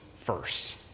first